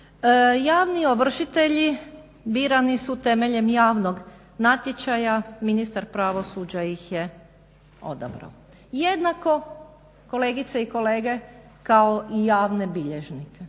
Javni ovršitelji birani su temeljem javnog natječaja, ministar pravosuđa ih je odabrao. Jednako, kolegice i kolege, kao i javne bilježnike.